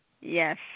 Yes